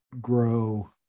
grow